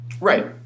Right